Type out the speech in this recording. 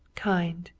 kind,